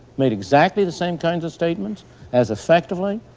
made exactly the same kinds of statements as effectively,